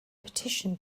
petitioned